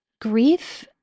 grief